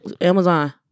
Amazon